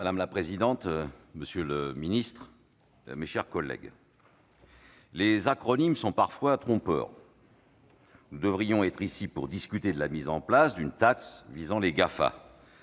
Madame la présidente, monsieur le ministre, mes chers collègues, les acronymes sont parfois trompeurs. Ainsi, nous devrions discuter de la mise en place d'une taxe visant les Gafa,